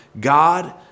God